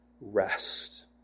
rest